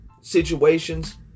situations